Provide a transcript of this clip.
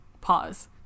Pause